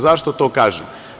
Zašto to kažem?